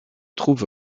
trouve